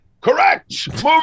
correct